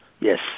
Yes